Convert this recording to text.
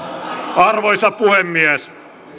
arvoisa puhemies